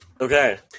Okay